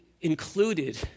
included